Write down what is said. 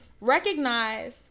recognize